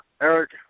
Eric